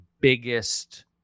biggest